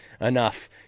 enough